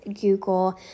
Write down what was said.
Google